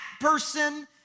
person